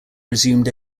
resumed